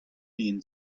been